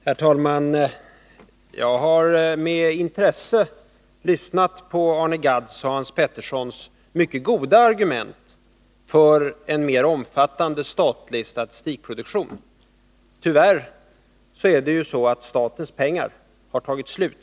Herr talman! Jag har med intresse lyssnat på Arne Gadds och Hans Peterssons i Hallstahammar mycket goda argument för en mer omfattande statlig statistikproduktion. Tyvärr är det ju så, att statens pengar har tagit slut.